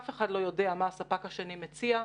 אף אחד לא יודע מה הספק השני מציע.